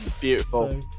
Beautiful